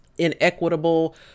inequitable